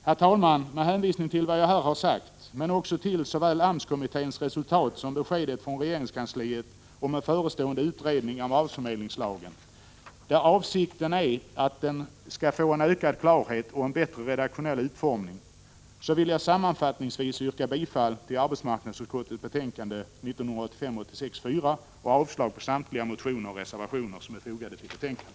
Herr talman! Med hänvisning till vad jag här har sagt men också till såväl AMS-kommitténs resultat som beskedet från regeringskansliet om en förestående utredning av arbetsförmedlingslagen, syftande till en ökad klarhet och en bättre redaktionell utformning, vill jag sammanfattningsvis yrka bifall till arbetsmarknadsutskottets hemställan i betänkandet 1985/86:4 och avslag på samtliga motioner och de reservationer som är fogade till betänkandet.